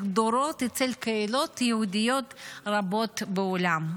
דורות אצל קהילות יהודיות רבות בעולם,